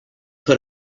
put